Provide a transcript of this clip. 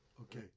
okay